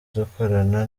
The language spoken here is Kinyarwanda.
dukorana